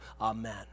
amen